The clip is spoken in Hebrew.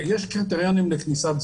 ישראלים?